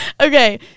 Okay